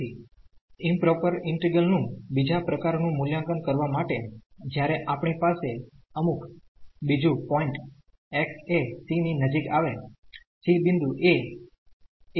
તેથી improper integral નું બીજા પ્રકાર નું મુલ્યાંકન કરવા માટે જ્યારે આપણી પાસે અમુક બીજું પોઈન્ટ x એ c ની નજીક આવે c બિંદું એ a b માં છે